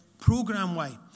program-wise